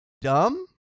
dumb